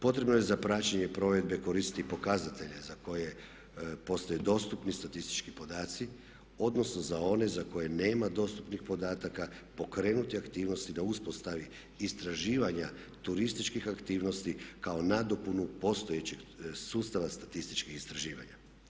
Potrebno je za praćenje provedbe koristi i pokazatelja za koje postoji dostupni statistički podaci odnosno za one za koje nema dostupnih podataka pokrenuti aktivnosti na uspostavi istraživanja turističkih aktivnosti kao nadopunu postojećeg sustava statističkih istraživanja.